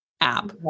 app